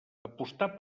apostar